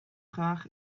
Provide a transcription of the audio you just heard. graag